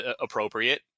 appropriate